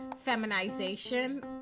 feminization